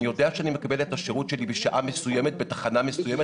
אני יודע שאני מקבל את השירות שלי בשעה מסוימת בתחנה מסוימת,